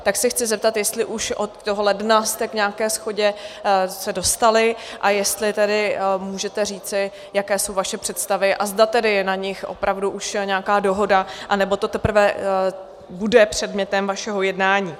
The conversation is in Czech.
Tak se chci zeptat, jestli jste se už od toho ledna k nějaké shodě dostali a jestli tedy můžete říci, jaké jsou vaše představy, a zda tedy je na nich opravdu už nějaká dohoda, anebo to teprve bude předmětem vašeho jednání.